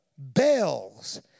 Bells